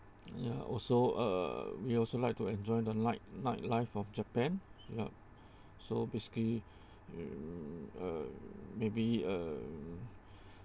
ya also uh we also like to enjoy the night night life of japan yup so basically uh maybe uh